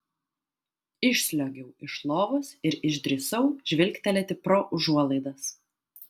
išsliuogiau iš lovos ir išdrįsau žvilgtelėti pro užuolaidas